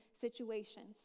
situations